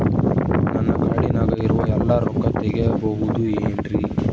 ನನ್ನ ಕಾರ್ಡಿನಾಗ ಇರುವ ಎಲ್ಲಾ ರೊಕ್ಕ ತೆಗೆಯಬಹುದು ಏನ್ರಿ?